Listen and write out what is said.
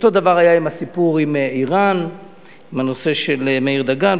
אותו הדבר היה הסיפור עם הנושא של אירן עם מאיר דגן.